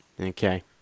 okay